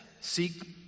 Seek